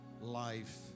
life